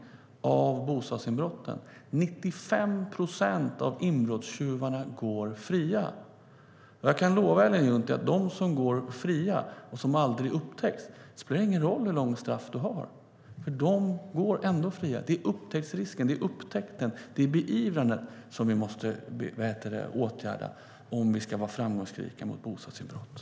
95 procent av inbrottstjuvarna går fria. Jag kan lova Ellen Juntti att för dem som går fria och som aldrig upptäcks spelar det inte någon roll hur långa straffen är. De går ändå fria. Det är upptäcktsrisken och beivrandet som vi måste ta itu med om vi ska vara framgångsrika i fråga om bostadsinbrotten.